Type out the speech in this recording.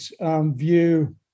view